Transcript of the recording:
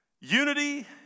Unity